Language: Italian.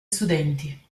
studenti